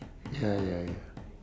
ya ya ya